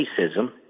racism